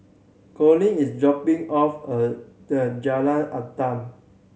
Collis is dropping off at the Jalan Adat